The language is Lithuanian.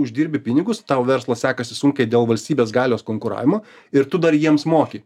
uždirbi pinigus tau verslas sekasi sunkiai dėl valstybės galios konkuravimo ir tu dar jiems moki